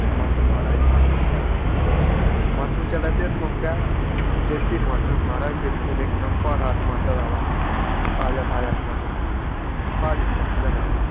टमाटर महाराज टमाटर बी हैन टमाटर चला दे इस मौका देसी टमाटर महाराज बिलकुल इक नंबरा दा टमाटर आ दा ताजा ताजा टमाटर प्हाड़ी टमाटर ऐ महाराज